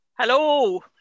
Hello